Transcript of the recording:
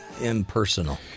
impersonal